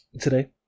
today